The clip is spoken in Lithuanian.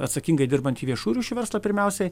atsakingai dirbantį viešųjų ryšių verslą pirmiausiai